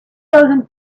thousand